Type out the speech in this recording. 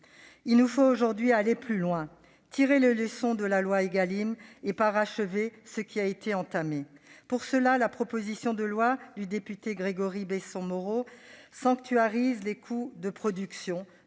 Il nous faut aujourd'hui aller plus loin, tirer les leçons de la loi Égalim et parachever ce qui a été entamé. Pour ce faire, la proposition de loi du député Gregory Besson-Moreau vise à sanctuariser les coûts de production